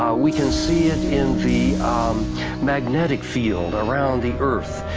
we can see it in the magnetic field around the earth,